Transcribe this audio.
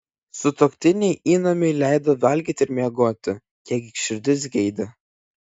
sutuoktiniai įnamiui leido valgyti ir miegoti kiek širdis geidė